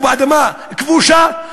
או באדמה כבושה,